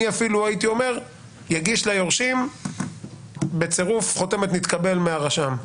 אני אפילו הייתי אומר שיגיש ליורשים בצירוף חותמת "נתקבל" מהרשם.